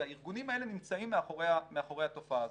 והארגונים האלה נמצאים מאחורי התופעה הזאת.